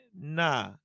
nah